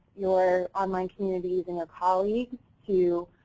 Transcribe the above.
your online communities and colleagues to